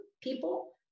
people